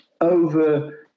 over